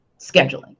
scheduling